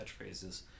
catchphrases